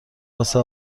واسه